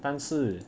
但是